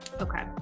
Okay